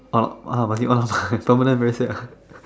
oh uh but he permanent very sad ah